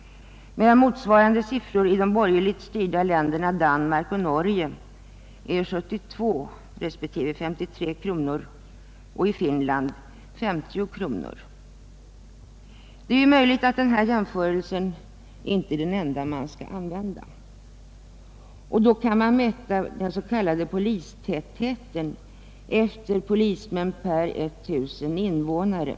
Motsvarande siffror i de borgerligt styrda länderna Danmark och Norge är 72 respektive 53 kronor och i Finland 50 kronor. Det är möjligt att denna jämförelse inte är den enda som bör göras. Man kan t.ex. mäta den s.k. polistätheten, dvs. antalet polismän per tusen invånare.